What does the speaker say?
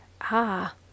Ah